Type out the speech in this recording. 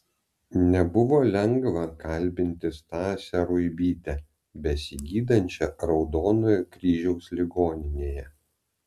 nebuvo lengva kalbinti stasę ruibytę besigydančią raudonojo kryžiaus ligoninėje